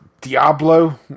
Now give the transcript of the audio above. Diablo